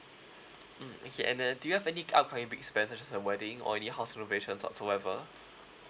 mm okay and then do you have any upcoming big expenses such as a wedding or any house renovations whatsoever